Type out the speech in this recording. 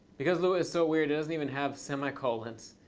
because lua is so weird, it doesn't even have semicolons.